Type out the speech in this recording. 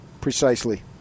Precisely